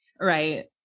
right